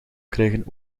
krijgen